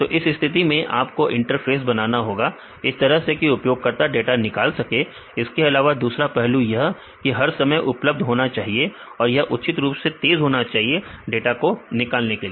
तो इस स्थिति में आपको इंटरफ़ेस बनाना होगा इस तरह से की उपयोगकर्ता डाटा निकाल सके इसके अलावा दूसरा पहलू यह यह हर समय उपलब्ध होना चाहिए और यह उचित रूप से तेज होना चाहिए डाटा निकालने के लिए